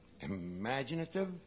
Imaginative